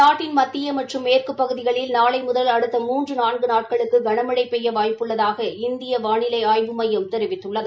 நாட்டின் மத்திய மற்றும் மேற்குப்பகுதிகளில் நாளை முதல் அடுத்த மூன்று நான்கு நாட்களுக்கு கனமழை பெய்ய வாய்ப்பு உள்ளதாக இந்திய வானிலை ஆய்வு மையம் தெரிவித்துள்ளது